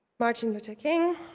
martin luther king.